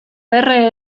erre